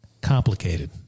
complicated